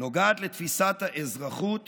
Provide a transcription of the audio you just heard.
נוגעת לתפיסת האזרחות